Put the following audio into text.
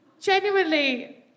genuinely